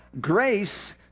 grace